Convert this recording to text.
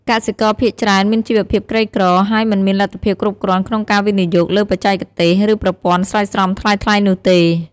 កសិករភាគច្រើនមានជីវភាពក្រីក្រ ហើយមិនមានលទ្ធភាពគ្រប់គ្រាន់ក្នុងការវិនិយោគលើបច្ចេកទេស ឬប្រព័ន្ធស្រោចស្រពថ្លៃៗនោះទេ។